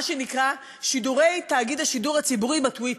מה שנקרא שידורי תאגיד השידור הציבורי ב"טוויטר",